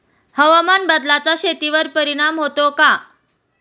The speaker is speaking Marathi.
हवामान बदलाचा शेतीवर परिणाम होतो का?